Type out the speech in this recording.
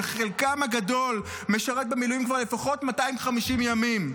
שחלקן הגדול משרתים במילואים כבר לפחות 250 ימים.